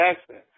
accent